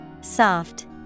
Soft